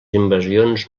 invasions